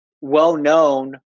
well-known